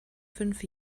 fünf